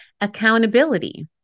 accountability